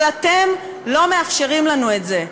אבל אתם לא מאפשרים לנו את זה.